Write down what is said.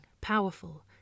Powerful